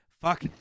fuck